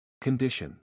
Condition